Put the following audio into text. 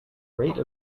rate